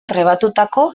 trebatutako